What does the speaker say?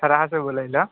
सॅं बोलैलए हँ